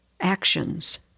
actions